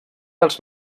dels